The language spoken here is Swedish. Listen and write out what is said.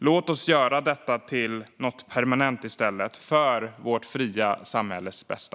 Låt oss göra detta till något permanent för vårt fria samhälles bästa.